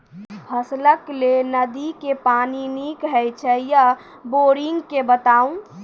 फसलक लेल नदी के पानि नीक हे छै या बोरिंग के बताऊ?